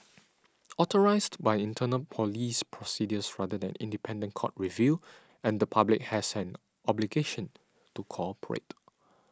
authorised by internal police procedures rather than independent court review and the public has an obligation to cooperate